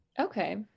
Okay